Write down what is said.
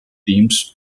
teams